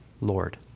Lord